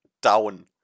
down